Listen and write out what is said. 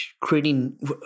creating